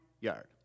yard